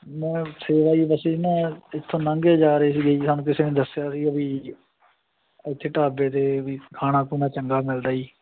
ਮੈਂ ਸੇਵਾ ਜੀ ਬਸ ਜੀ ਨਾ ਇੱਥੋਂ ਲੰਘੇ ਜਾ ਰਹੇ ਸੀ ਸਾਨੂੰ ਕਿਸੇ ਨੇ ਦੱਸਿਆ ਸੀ ਵੀ ਇੱਥੇ ਢਾਬੇ ਦੇ ਵੀ ਖਾਣਾ ਖੁਣਾ ਚੰਗਾ ਮਿਲਦਾ ਜੀ